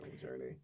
journey